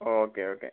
okay okay